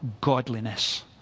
godliness